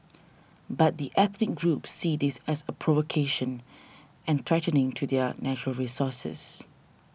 but the ethnic groups see this as a provocation and threatening to their natural resources